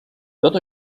tot